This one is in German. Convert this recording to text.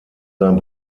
sein